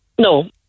No